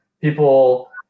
people